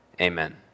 Amen